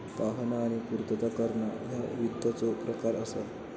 पाहणा आणि पूर्तता करणा ह्या वित्ताचो प्रकार असा